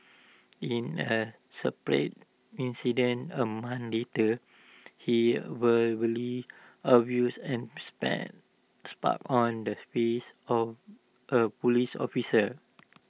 in A separate incident A month later he verbally abused and spat spot on the face of A Police officer